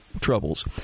troubles